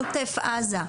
עוטף עזה,